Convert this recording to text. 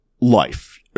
life